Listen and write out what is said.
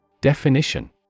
Definition